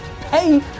pay